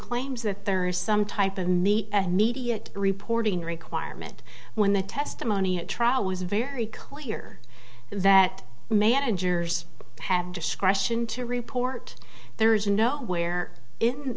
claims that there is some type of meat media reporting requirement when the testimony at trial was very clear that managers have discretion to report there is no where in